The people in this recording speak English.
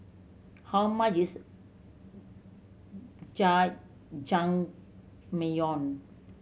how much is Jajangmyeon